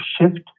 shift